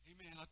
Amen